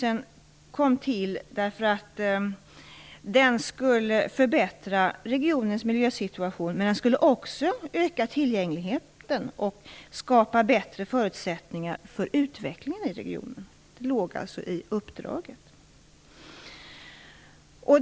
Den kom till därför att den skulle förbättra regionens miljösituation, men också för att den skulle öka tillgängligheten och skapa bättre förutsättningar för utveckling i regionen. Det ingick alltså i uppdraget.